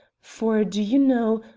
for, do you know,